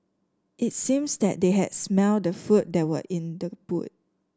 it seems that they had smelt the food that were in the boot